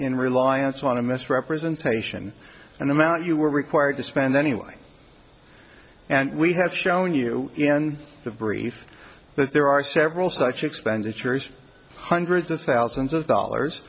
in reliance on a misrepresentation and the amount you were required to spend any way and we have shown you in the brief that there are several such expenditures for hundreds of thousands of dollars